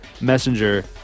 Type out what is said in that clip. Messenger